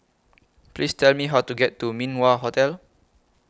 Please Tell Me How to get to Min Wah Hotel